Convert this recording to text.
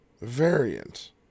variant